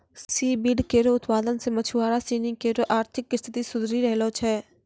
C weed केरो उत्पादन सें मछुआरा सिनी केरो आर्थिक स्थिति सुधरी रहलो छै